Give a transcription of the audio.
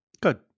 Good